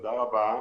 תודה רבה.